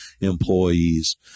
employees